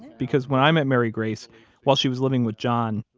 because when i met mary grace while she was living with john,